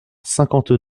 cinquante